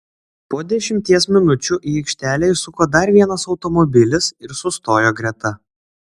po dešimties minučių į aikštelę įsuko dar vienas automobilis ir sustojo greta